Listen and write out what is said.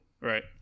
Right